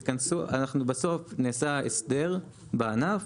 היום נעשה הסדר בענף,